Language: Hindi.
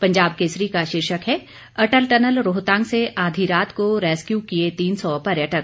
पंजाब केसरी का शीर्षक है अटल टनल रोहतांग से आधी रात को रैस्क्यू किए तीन सौ पर्यटक